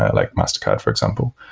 ah like mastercard, for example.